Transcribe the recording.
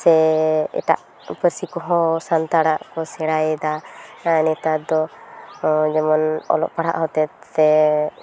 ᱥᱮ ᱮᱴᱟᱜ ᱯᱟᱹᱨᱥᱤ ᱠᱚᱦᱚᱸ ᱥᱟᱱᱛᱟᱲᱟᱜ ᱠᱚ ᱥᱮᱬᱟᱭᱮᱫᱟ ᱦᱮᱸ ᱱᱮᱛᱟᱨ ᱫᱚ ᱡᱮᱢᱚᱱ ᱚᱞᱚᱜ ᱯᱟᱲᱦᱟᱣ ᱦᱚᱛᱮᱛᱮ